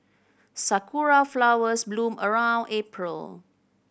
sakura flowers bloom around April